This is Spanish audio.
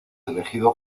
elegido